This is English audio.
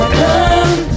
come